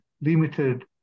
limited